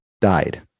died